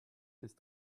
ist